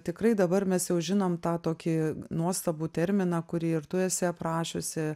tikrai dabar mes jau žinom tą tokį nuostabų terminą kurį ir tu esi aprašiusi